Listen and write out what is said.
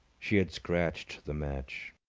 she had scratched the match.